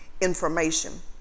information